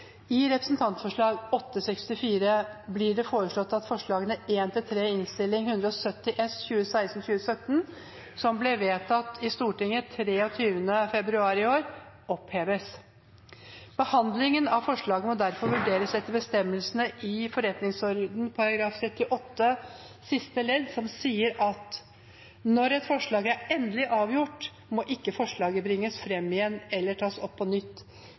I Dokument 8:64 S for 2016–2017 blir det foreslått at forslagene nr. 1–3 i Innst. 170 S for 2016–2017, som ble vedtatt i Stortinget den 23. februar i år, oppheves. Behandlingen av forslaget må derfor vurderes etter bestemmelsene i forretningsordenens § 38 siste ledd, som sier: «Når et forslag er endelig avgjort, må forslaget ikke bringes frem igjen eller tas opp på nytt